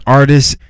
artist